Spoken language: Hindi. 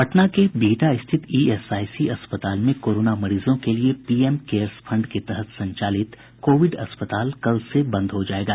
पटना के बिहटा स्थित ईएसआईसी अस्पताल में कोरोना मरीजों के लिये पीएम केयर्स फंड के तहत संचालित कोविड अस्पताल कल से बंद हो जायेगा